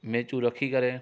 मैचूं रखी करे